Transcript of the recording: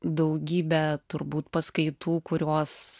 daugybę turbūt paskaitų kurios